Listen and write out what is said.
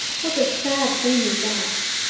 what a sad thing is that!